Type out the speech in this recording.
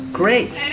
great